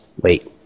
Wait